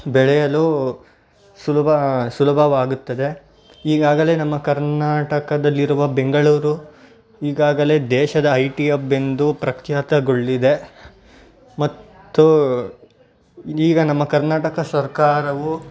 ಬೆಳೆಯಲು ಸುಲಭ ಸುಲಭವಾಗುತ್ತದೆ ಈಗಾಗಲೇ ನಮ್ಮ ಕರ್ನಾಟಕದಲ್ಲಿರುವ ಬೆಂಗಳೂರು ಈಗಾಗಲೇ ದೇಶದ ಐ ಟಿ ಅಬ್ ಎಂದು ಪ್ರಖ್ಯಾತಗೊಳ್ಳಿದೆ ಮತ್ತು ಈಗ ನಮ್ಮ ಕರ್ನಾಟಕ ಸರ್ಕಾರವು